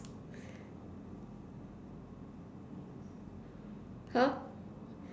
!huh!